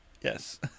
Yes